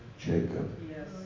Jacob